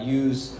use